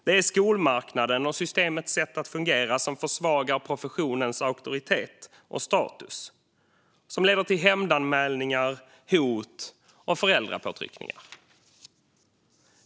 Det är skolmarknaden och systemets sätt att fungera som försvagar professionens auktoritet och status och leder till hämndanmälningar, hot och föräldrapåtryckningar.